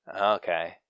Okay